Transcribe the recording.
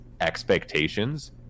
expectations